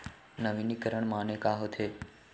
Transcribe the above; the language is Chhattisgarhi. नवीनीकरण माने का होथे?